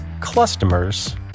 customers